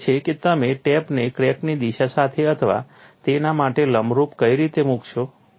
પ્રશ્ન એ છે કે તમે ટેપને ક્રેકની દિશા સાથે અથવા તેના માટે લંબરૂપ કઈ રીતે મૂકશો